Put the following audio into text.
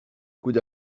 coude